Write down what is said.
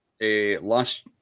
last